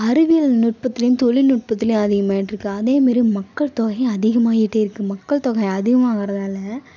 அறிவியில் நுட்பத்துலேயும் தொழில்நுட்பத்துலையும் அதிகமாகிட்ருக்கு அதே மாரி மக்கள் தொகையும் அதிகமாகிட்டே இருக்குது மக்கள் தொகை அகிகமாகிறதால